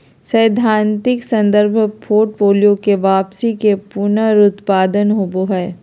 सैद्धांतिक संदर्भ पोर्टफोलि के वापसी के पुनरुत्पादन होबो हइ